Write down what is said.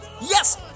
Yes